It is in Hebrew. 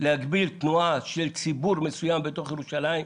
להגביל תנועה של ציבור מסוים בתוך ירושלים.